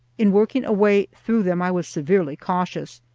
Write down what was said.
in working a way through them i was severely cautious,